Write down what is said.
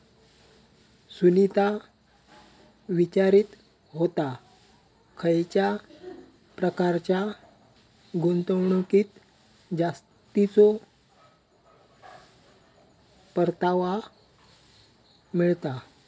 सुनीता विचारीत होता, खयच्या प्रकारच्या गुंतवणुकीत जास्तीचो परतावा मिळता?